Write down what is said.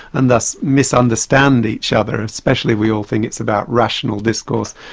and thus misunderstand each other, especially we all think it's about rational discourse,